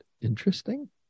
interesting